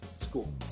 school